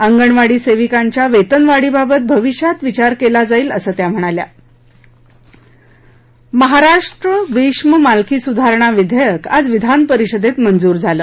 अंगणवाडी सेविकांच्या वेतनवाढीबाबत भविष्यात विचार केला जाईल असं त्या म्हणाल्या महाराष्ट्र वेश्म मालकी सुधारणा विधेयक आज विधानपरिषदेत मंजूर झालं